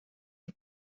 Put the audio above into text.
von